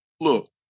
look